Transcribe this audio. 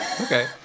okay